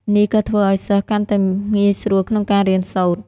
នេះក៏ធ្វើឱ្យសិស្សកាន់តែងាយស្រួលក្នុងការរៀនសូត្រ។